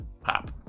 Pop